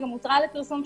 שגם הותרה לפרסום,